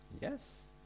Yes